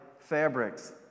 fabrics